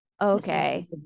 okay